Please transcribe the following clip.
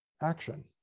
action